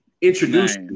Introduce